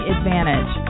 Advantage